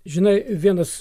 žinai vienas